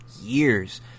years